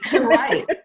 Right